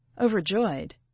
Overjoyed